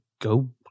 go